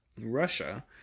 Russia